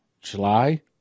July